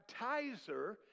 baptizer